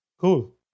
Cool